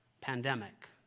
pandemic